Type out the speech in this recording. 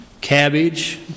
cabbage